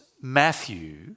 Matthew